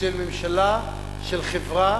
של ממשלה, של חברה,